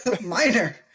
Minor